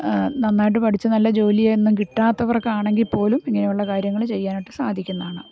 നന്നായിട്ട് പഠിച്ച് നല്ല ജോലിയൊന്നും കിട്ടാത്തവർക്കാണെങ്കിൽ പോലും ഇങ്ങനെയുള്ള കാര്യങ്ങൾ ചെയ്യാനായിട്ട് സാധിക്കുന്നതാണ്